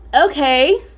okay